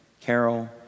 Carol